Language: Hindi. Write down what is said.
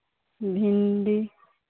भिंडी